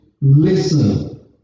listen